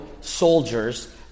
soldiers